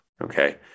Okay